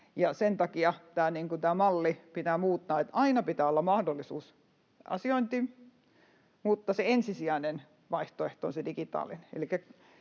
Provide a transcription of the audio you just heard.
sen takia tämä malli pitää muuttaa, että aina pitää olla mahdollisuus asiointiin, mutta se ensisijainen vaihtoehto on se digitaalinen.